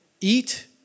Eat